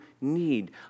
need